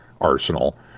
arsenal